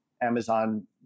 Amazon